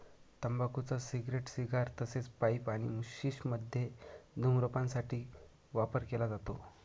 तंबाखूचा cigarette, cigar तसेच pipe आणि शिश मध्ये धूम्रपान साठी वापर केला जातो